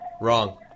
Wrong